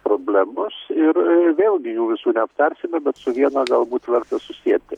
problemos ir vėlgi jų visų neaptarsime bet su viena galbūt verta susieti